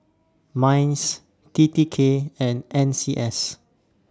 Minds T T K and N C S